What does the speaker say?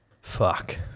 Fuck